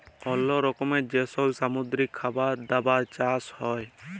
অল্লো রকমের যে সব সামুদ্রিক খাবার দাবার চাষ হ্যয়